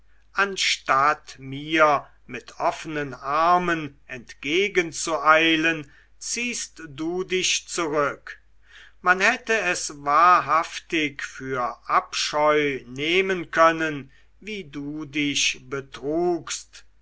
anstatt mir mit offenen armen entgegenzueilen ziehst du dich zurück man hätte es wahrhaftig für abscheu nehmen können wie du dich betrugst